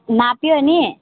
नाप्यो अनि